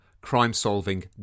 crime-solving